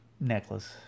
necklace